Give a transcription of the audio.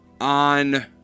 On